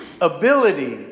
ability